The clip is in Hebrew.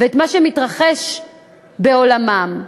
ואת מה שמתרחש בעולמם.